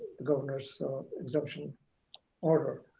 the governor's exemption order.